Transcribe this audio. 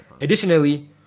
additionally